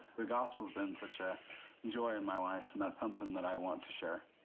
the gospel's been such a joy in my life, and that's something that i want to share.